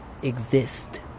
Exist